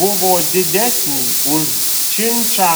buvo didesnė už činšą